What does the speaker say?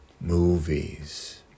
movies